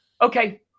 okay